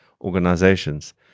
organizations